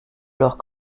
leurs